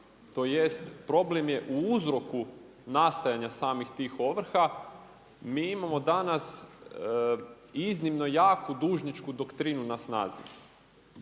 tj. problem je u uzroku nastajanja samih tih ovrha. Mi imamo danas i iznimno jaku dužničku doktrinu na snazi,